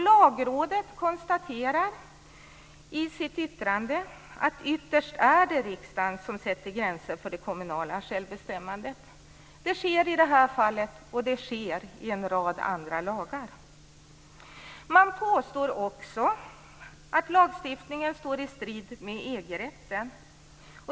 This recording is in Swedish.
Lagrådet konstaterar i sitt yttrande att det ytterst är riksdagen som sätter gränser för det kommunala självbestämmandet. Det sker i det här fallet, och det sker i en rad andra lagar. Man påstår också att lagstiftningen står i strid med EG-rätten.